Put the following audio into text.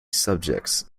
subjects